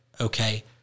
okay